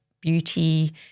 beauty